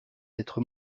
d’être